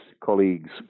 colleagues